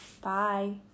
Bye